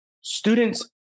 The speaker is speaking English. Students